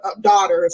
daughters